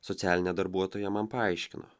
socialinė darbuotoja man paaiškino